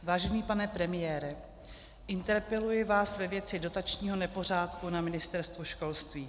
Vážený pane premiére, interpeluji vás ve věci dotačního nepořádku na Ministerstvu školství.